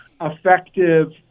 effective